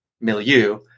milieu